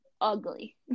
ugly